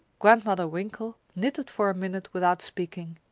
grandmother winkle knitted for a minute without speaking.